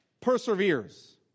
perseveres